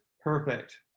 perfect